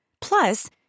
Plus